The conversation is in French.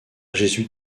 jésuite